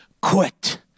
quit